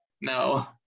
No